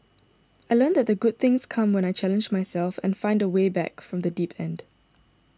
I learnt that good things come when I challenge myself and find my way back from the deep end